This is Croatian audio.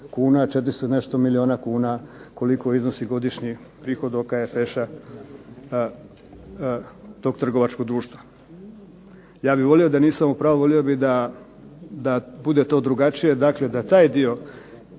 milijuna kuna koliko iznosi godišnji prihod OKFŠ-a tog trgovačkog društva. Ja bih volio da nisam u pravu, volio bih da bude to drugačije da taj dio